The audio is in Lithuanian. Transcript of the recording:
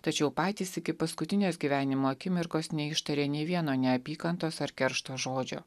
tačiau patys iki paskutinės gyvenimo akimirkos neištarė nei vieno neapykantos ar keršto žodžio